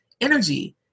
energy